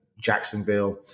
Jacksonville